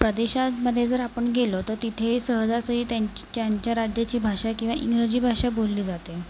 प्रदेशांमध्ये जर आपण गेलो तर तिथे सहजासहजी त्या त्यांच्या राज्याची भाषा किंवा इंग्रजी भाषा बोलली जाते